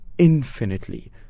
Infinitely